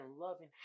loving